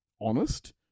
honest